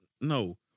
No